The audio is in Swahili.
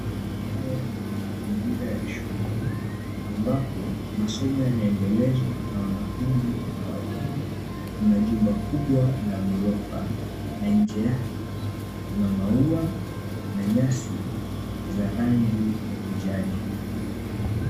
Haya ni mazingira ya shule ambapo masomo yanaendelezwa na wanafunzi na walimu. Kuna jumba kubwa la ghorofa na nje yake, kuna maua na nyasi za rangi ya kijani.